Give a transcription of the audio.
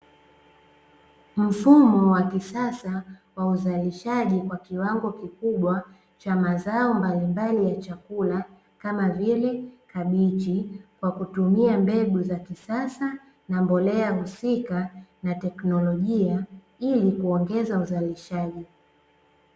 Mfumo wa kisasa wa uzalishaji kwa kiwango kikubwa cha mazao mbalimbali ya chakula, kama vile kabichi, kwa kutumia mbegu za kisasa, na mbolea husika, na teknolojia, ili kuongeza uzalishaji.